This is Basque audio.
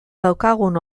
daukagun